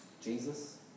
Jesus